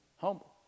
Humble